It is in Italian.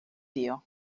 dio